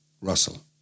Russell